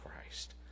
Christ